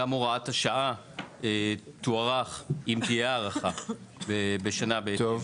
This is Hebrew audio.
גם הוראת השעה תוארך, אם תהיה הארכה, בשנה בהתאם.